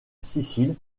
sicile